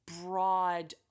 broad